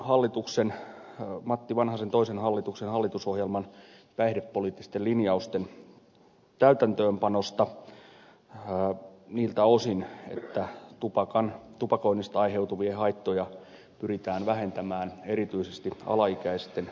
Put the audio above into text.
kyse on matti vanhasen toisen hallituksen hallitusohjelman päihdepoliittisten linjausten täytäntöönpanosta niiltä osin että tupakoinnista aiheutuvia haittoja pyritään vähentämään erityisesti alaikäisten osalta